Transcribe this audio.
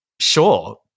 sure